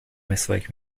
مسواک